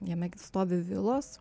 jame stovi vilos